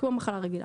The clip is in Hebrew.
כמו מחלה רגילה.